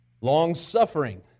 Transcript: long-suffering